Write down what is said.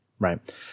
Right